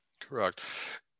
Correct